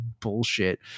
bullshit